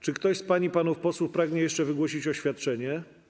Czy ktoś z pań i panów posłów pragnie jeszcze wygłosić oświadczenie?